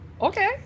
Okay